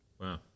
Wow